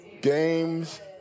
Games